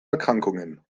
erkrankungen